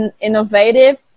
innovative